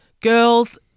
girls